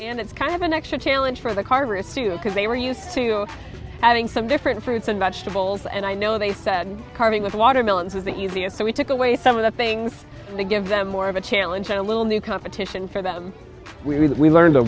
and it's kind of an extra challenge for the carver suit because they were used to having some different fruits and vegetables and i know they said carving with watermelons was the easiest so we took away some of the things to give them more of a challenge and a little new competition for them we learned to